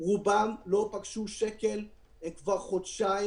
רובם לא פגשו שקל כבר חודשיים,